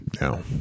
No